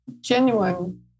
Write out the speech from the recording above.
genuine